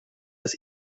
des